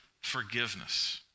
forgiveness